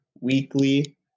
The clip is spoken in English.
weekly